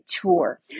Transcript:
tour